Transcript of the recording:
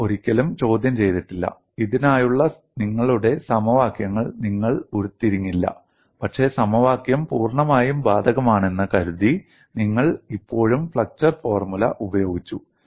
നിങ്ങൾ ഒരിക്കലും ചോദ്യം ചെയ്തിട്ടില്ല ഇതിനായുള്ള നിങ്ങളുടെ സമവാക്യങ്ങൾ നിങ്ങൾ ഉരുത്തിരിഞ്ഞില്ല പക്ഷേ സമവാക്യം പൂർണ്ണമായും ബാധകമാണെന്ന് കരുതി നിങ്ങൾ ഇപ്പോഴും ഫ്ലെക്ചർ ഫോർമുല ഉപയോഗിച്ചു